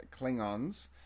Klingons